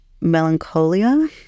melancholia